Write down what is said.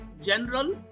general